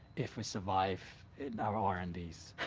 if i survive our r and ds.